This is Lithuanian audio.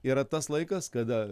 yra tas laikas kada